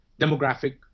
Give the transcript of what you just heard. demographic